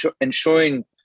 ensuring